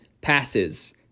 passes